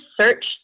search